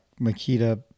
Makita